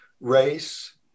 race